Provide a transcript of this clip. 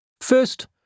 First